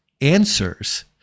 answers